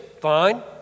fine